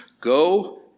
go